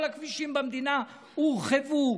כל הכבישים במדינה הורחבו,